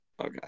Okay